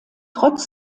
trotz